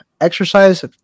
exercise